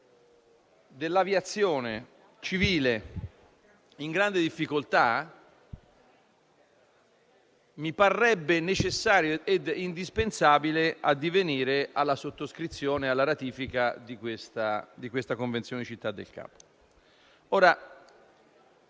dell'aviazione civile in grande difficoltà, mi parrebbe indispensabile addivenire alla sottoscrizione e alla ratifica di questa convenzione di Città del Capo.